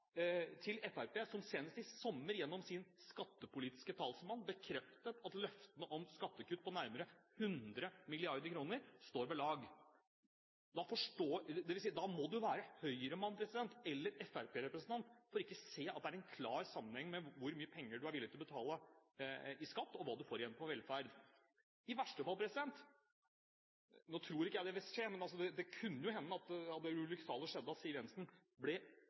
senest i sommer, gjennom sin skattepolitiske talsmann, at løftene om skattekutt på nærmere 100 mrd. kr står ved lag – da må man være Høyre-mann eller Fremskrittsparti-representant for ikke å se at det er en klar sammenheng mellom hvor mye penger du er villig til å betale i skatt, og hva du får igjen på velferd. I verste fall, satt på spissen – nå tror ikke jeg det vil skje, men det kunne jo hende at det ulykksalige skjedde at Siv Jensen ble